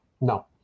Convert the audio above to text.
No